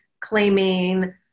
claiming